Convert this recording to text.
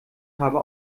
habe